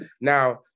Now